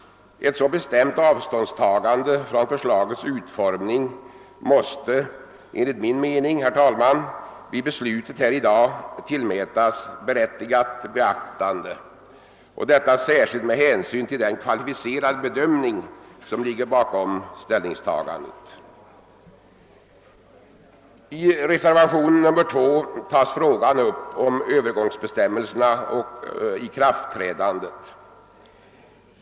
Ett så bestämt avståndstagande från förslagets utformning måste enligt min mening tillmätas berättigat beaktande vid vårt beslut här i dag, särskilt med hänsyn till den kvalificerade bedömning som ligger bakom ställningstagandet. I reservationen 2 tas frågan om öÖövergångsbestämmelserna och ikraftträdandet upp.